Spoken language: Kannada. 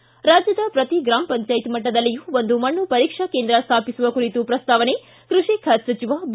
ಿ ರಾಜ್ಯದ ಪ್ರತಿ ಗಾಮ ಪಂಚಾಯತ್ ಮಟ್ಟದಲ್ಲಿಯೂ ಒಂದು ಮಣ್ಣು ಪರೀಕ್ಷಾ ಕೇಂದ್ರ ಸ್ಥಾಪಿಸುವ ಕುರಿತು ಪ್ರಸ್ತಾವನೆ ಕೃಷಿ ಖಾತೆ ಸಚಿವ ಬಿ